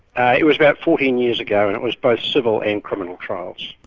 ah it was about fourteen years ago and it was both civil and criminal trials.